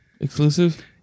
Exclusive